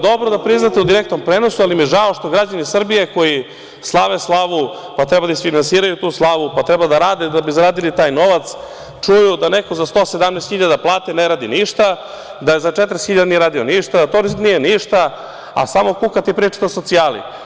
Dobro je da priznate to u direktnom prenosu, ali mi je žao što građani Srbije koji slave slavu, pa trebaju da isfinansiraju tu slavu, pa treba da rade da bi zaradili taj novac, čuju da neko za 117.000 plate ne radi ništa, da za 40.000 nije radio ništa, a samo kukate i pričate o socijali.